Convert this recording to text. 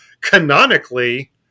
canonically